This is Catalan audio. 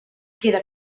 queda